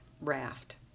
raft